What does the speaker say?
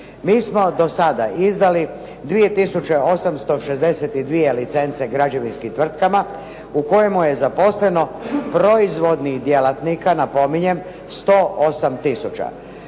Mi smo do sada izdali 2862 licence građevinskim tvrtkama u kojemu je zaposleno proizvodnih djelatnika napominjem 108000.